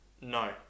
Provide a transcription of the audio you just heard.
No